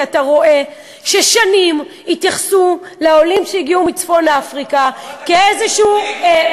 כי אתה רואה ששנים התייחסו לעולים שהגיעו מצפון-אפריקה כאיזשהו,